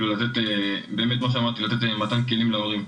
ולתת להם את הכלים, להורים.